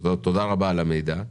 תודה רבה על המידע.